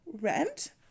rent